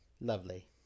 Lovely